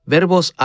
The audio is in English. Verbos